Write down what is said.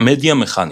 מדיה מכנית